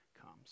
comes